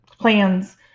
plans